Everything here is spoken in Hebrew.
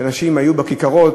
שאנשים היו בכיכרות,